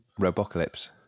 Robocalypse